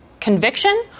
conviction